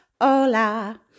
Hola